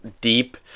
deep